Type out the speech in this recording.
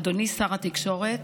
אדוני שר התקשורת,